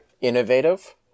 innovative